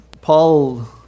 Paul